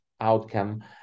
outcome